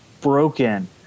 broken